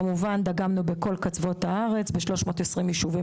כמובן דגמנו בכל קצוות הארץ ב-320 ישובים